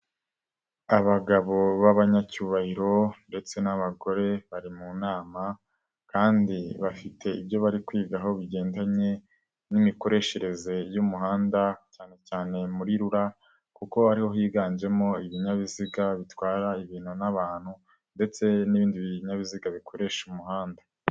Abagabo b'abanyacyubahiro ndetse n'abagore bari mu nama kandi bafite ibyo bari kwigaho bigendanye n'imikoreshereze y'umuhanda cyane cyane muri Rura, kuko ariho higanjemo ibinyabiziga bitwara ibintu n'abantu ndetse n'ibindi binyabiziga bikoresha umuhanda.